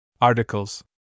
Articles